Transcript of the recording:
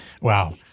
Wow